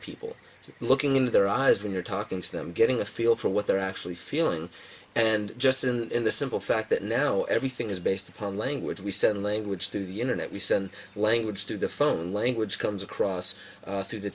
people looking in their eyes when you're talking to them getting a feel for what they're actually feeling and just in the simple fact that now everything is based upon language we send language through the internet we send language through the phone language comes across through the